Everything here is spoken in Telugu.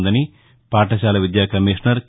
ఉందని పాఠశాల విద్యాకమిషనరు కే